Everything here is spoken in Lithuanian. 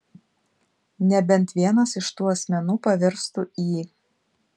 nebent vienas iš tų asmenų pavirstų į